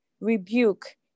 rebuke